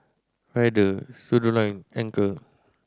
Feather Studioline Anchor